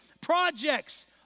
projects